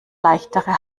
leichtere